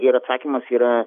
ir atsakymas yra